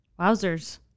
wowzers